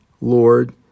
Lord